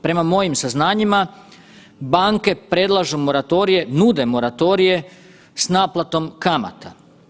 Prema mojim saznanjima banke predlažu moratorije, nude moratorije s naplatom kamata.